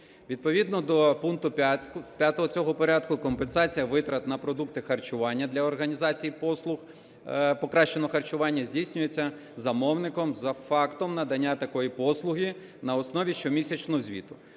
Відповідно до пункту 5 цього порядку компенсація витрат на продукти харчування для організації послуг покращеного харчування здійснюється замовником за фактом надання такої послуги на основі щомісячного звіту,